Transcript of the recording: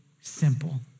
simple